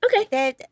okay